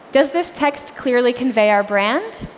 does this text clearly convey our brand?